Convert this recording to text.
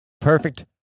perfect